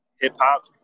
Hip-hop